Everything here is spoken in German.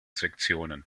sektionen